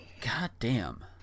goddamn